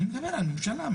אני מדבר על ממשלה.